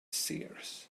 seers